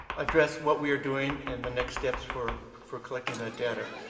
address what we are doing and the next steps for for collecting that data.